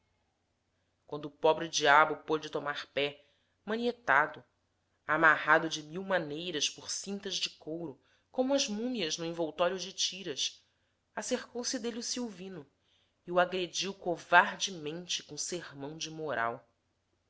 quando o pobre-diabo pôde tomar pé manietado amarrado de mil maneiras por cintas de couro como as múmias no envoltório de tiras acercou-se dele o silvino e o agrediu covardemente com sermão de moral